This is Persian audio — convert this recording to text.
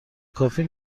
کافی